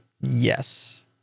yes